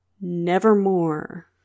Nevermore